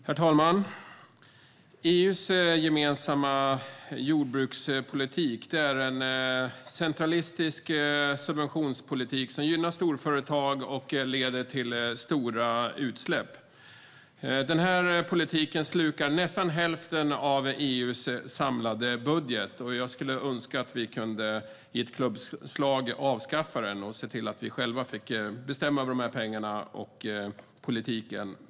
Herr talman! EU:s gemensamma jordbrukspolitik är en centralistisk subventionspolitik som gynnar storföretag och leder till stora utsläpp. Den politiken slukar nästan hälften av EU:s samlade budget. Jag önskar att vi i ett klubbslag kunde avskaffa den och se till att vi själva fick bestämma över de pengarna och politiken.